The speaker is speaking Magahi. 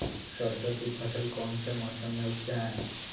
सरसों की फसल कौन से मौसम में उपजाए?